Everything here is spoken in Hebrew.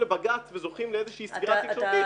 לבג"ץ וזוכים לאיזושהי סקירה תקשורתית,